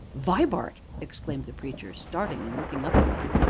vibart! exclaimed the preacher, starting and looking up at me.